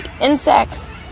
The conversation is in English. insects